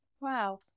Wow